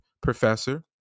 Professor